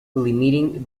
limiting